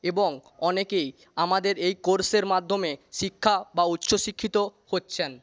এবং অনেকেই আমাদের এই কোর্সের মাধ্যমে শিক্ষা বা উচ্চ শিক্ষিত হচ্ছেন